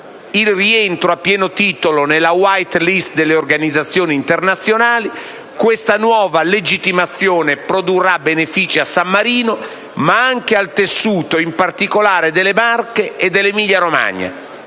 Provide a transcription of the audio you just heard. il rientro a pieno titolo nella *white list* delle organizzazioni internazionali; questa nuova legittimazione produrrà benefici a San Marino, ma anche al tessuto produttivo in particolare delle Marche e dell'Emilia-Romagna,